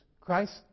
Christ